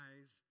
eyes